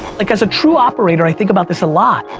like as a true operator, i think about this a lot.